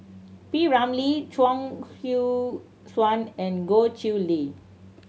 P Ramlee Chuang Hui Tsuan and Goh Chiew Lye